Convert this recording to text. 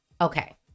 Okay